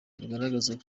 rigaragaza